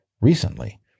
recently